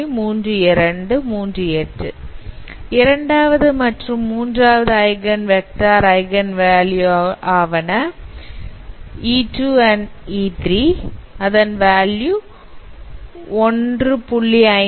3238 இரண்டாவது மற்றும் மூன்றாவது ஐகன் வெக்டார் ஐகன் வேல்யூ ஆவண e2e3 1